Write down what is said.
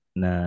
na